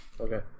Okay